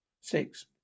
Six